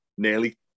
Nearly